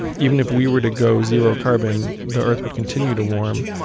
even if we were to go zero-carbon, the earth would continue to warm,